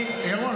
ירון,